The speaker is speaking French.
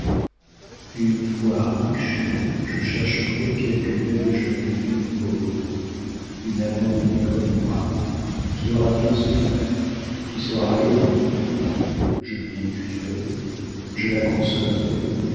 une fois riche je chercherai quelque belle jeune fille pauvre une abandonnée comme moi qui aura bien souffert qui sera malheureuse je lui écrirai je la consolerai